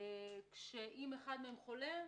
ואם אחד מהם חולה,